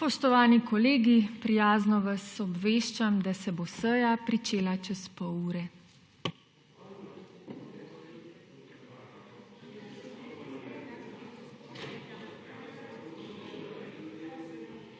Spoštovani kolegi, prijazno vas obveščam, da se bo seja začela čez pol ure.